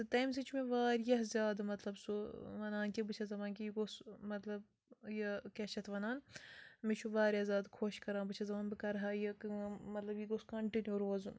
تہٕ تَمہِ سۭتۍ چھُ مےٚ واریاہ زیادٕ مطلب سُہ وَنان کہِ بہٕ چھَس دپان کہِ یہِ گوٚژھ مطلب یہِ کیٛاہ چھِ اَتھ وَنان مےٚ چھُ واریاہ زیادٕ خۄش کران بہٕ چھس دپان بہٕ کَرٕہا یہِ کٲم مطلب یہِ گوٚژھ کَنٹِنیو روزُن